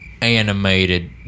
animated